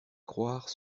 croire